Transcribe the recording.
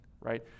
right